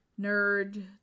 nerd